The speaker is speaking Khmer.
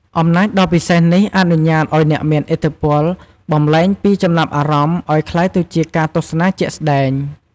អំណាចដ៏ពិសេសនេះអនុញ្ញាតឱ្យអ្នកមានឥទ្ធិពលបំប្លែងពីចំណាប់អារម្មណ៍ឱ្យក្លាយទៅជាការទស្សនាជាក់ស្តែង។